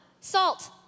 Salt